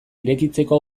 irekitzeko